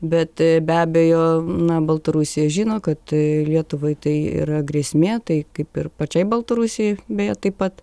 bet be abejo na baltarusija žino kad lietuvai tai yra grėsmė tai kaip ir pačiai baltarusijai beje taip pat